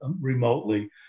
remotely